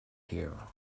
here